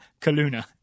kaluna